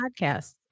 Podcast